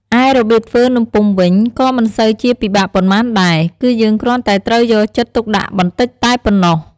ឯរបៀបធ្វើនំពុម្ពវិញក៏មិនសូវជាពិបាកប៉ុន្មានដែរ គឺយើងគ្រាន់តែត្រូវយកចិត្តទុកដាក់បន្តិចតែប៉ុណ្ណោះ។